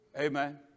Amen